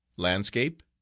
landscape.